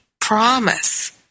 promise